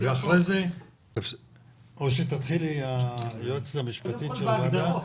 בבקשה, היועצת המשפטית של הוועדה.